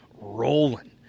rolling